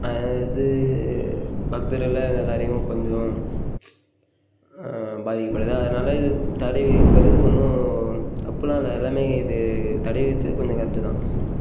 அதாவது பக்தர்களை எல்லோரையும் கொஞ்சம் பாதிக்கப்படுது அதனால் இது தடை விதிக்கப்பட்டது ஒன்றும் தப்பெலாம் இல்லை எல்லாமே இது தடை விதித்தது கொஞ்சம் கரெக்ட்டு தான்